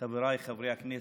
חבריי חברי הכנסת,